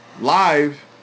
live